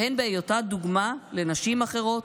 והן בהיותה דוגמה לנשים אחרות,